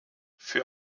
für